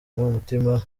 umutima